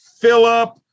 Philip